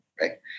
right